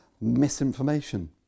misinformation